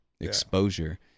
exposure